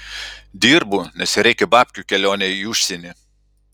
dirbu nes reikia babkių kelionei į užsienį